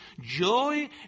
joy